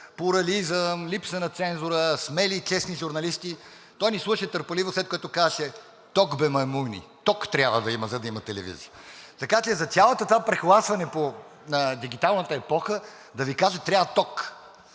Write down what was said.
плурализъм, липса на цензура, смели и честни журналисти.“ Той ни слуша търпеливо, след което казваше: „Ток, бе маймуни, ток трябва да има, за да има телевизия.“ Така че за цялото това прехласване по дигиталната епоха, да Ви кажа,